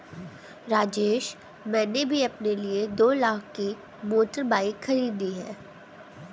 राजेश मैंने भी अपने लिए दो लाख की मोटर बाइक खरीदी है